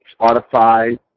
Spotify